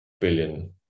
billion